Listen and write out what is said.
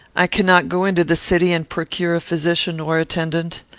i cannot go into the city and procure a physician or attendant.